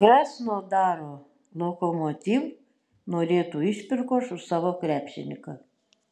krasnodaro lokomotiv norėtų išpirkos už savo krepšininką